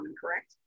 correct